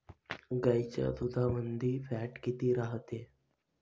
गाईच्या दुधामंदी फॅट किती रायते?